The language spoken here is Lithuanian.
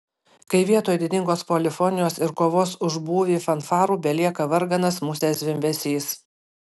kai vietoj didingos polifonijos ir kovos už būvį fanfarų belieka varganas musės zvimbesys